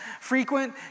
frequent